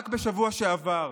רק בשבוע שעבר,